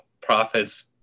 profits